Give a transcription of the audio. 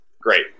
great